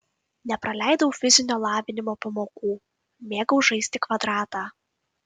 nepraleidau fizinio lavinimo pamokų mėgau žaisti kvadratą